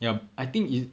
ya I think it's